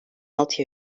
altı